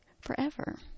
forever